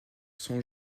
sont